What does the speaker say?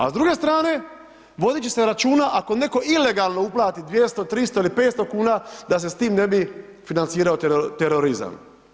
A s druge strane vodit će se računa ako neko ilegalno uplati 200, 300 ii 500 kuna da se s tim ne bi financirao terorizam.